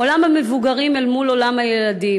עולם המבוגרים אל מול עולם הילדים,